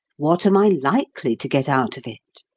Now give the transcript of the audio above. what am i likely to get out of it?